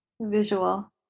Visual